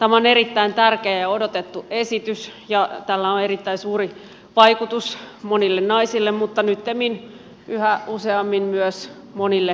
tämä on erittäin tärkeä ja odotettu esitys ja tällä on erittäin suuri vaikutus moniin naisiin mutta nyttemmin yhä useammin myös moniin miehiin